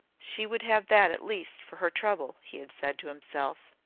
she would have that at least for her trouble, he had said to himself.